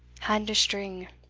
and a string.